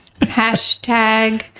Hashtag